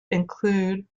include